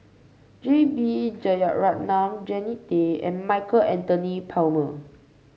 J B Jeyaretnam Jannie Tay and Michael Anthony Palmer